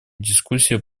дискуссии